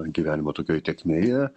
gyvenimo tokioj tėkmėje